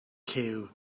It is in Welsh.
cyw